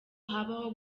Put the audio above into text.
habaho